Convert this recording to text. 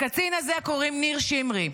לקצין הזה קוראים ניר שמרי.